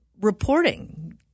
reporting